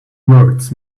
words